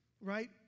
right